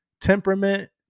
temperament